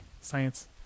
Science